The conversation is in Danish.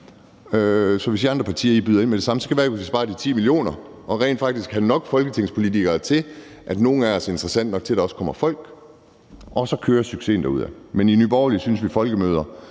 Så hvis de andre partier byder ind med at gøre det samme, kan det være, at vi kan spare de 10 mio. kr. og rent faktisk have nok folketingspolitikere med, til at nogle af os er interessante nok, til at der også kommer folk. Og så kører succesen derudad. I Nye Borgerlige synes vi, at folkemøder,